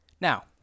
Now